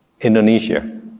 Indonesia